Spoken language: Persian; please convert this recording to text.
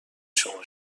شما